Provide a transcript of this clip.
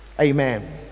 Amen